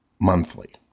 monthly